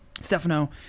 stefano